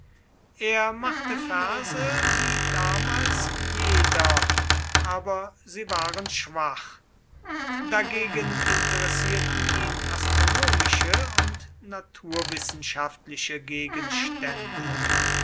er machte verse wie damals jeder aber sie waren schwach dagegen interessierten ihn astronomische und naturwissenschaftliche gegenstände